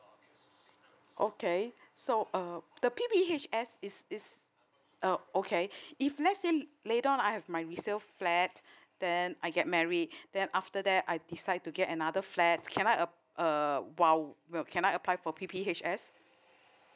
okay so uh the P_P_H_S is is uh okay if let say later I have my resale flat then I get married then after that I decide to get another flat can I uh while can I apply for P_P_H_S